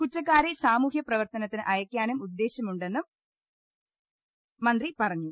കുറ്റക്കാരെ സാമൂഹൃ പ്രവർത്തനത്തിന് അയക്കാനും ഉദ്ദേശൃമുണ്ടെന്നും മന്ത്രി പറ ഞ്ഞു